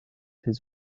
his